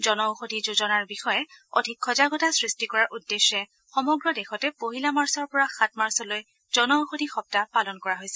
জন ঔষধি যোজনাৰ বিষয়ে অধিক সজাগতা সৃষ্টি কৰাৰ উদ্দেশ্যে সমগ্ৰ দেশতে পহিলা মাৰ্চৰ পৰা সাত মাৰ্চলৈ জন ঔষধি সপ্তাহ পালন কৰা হৈছে